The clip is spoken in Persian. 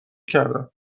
کردم